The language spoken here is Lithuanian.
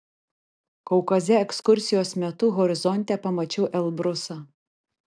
kaukaze ekskursijos metu horizonte pamačiau elbrusą